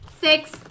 Six